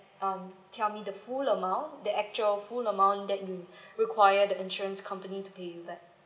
um tell me the full amount the actual full amount that you require the insurance company to pay you back